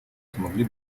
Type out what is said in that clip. смогли